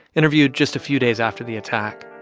interviewed just a few days after the attack.